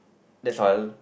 that's all